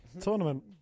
tournament